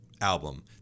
album